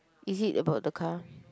is it about the car